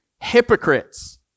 hypocrites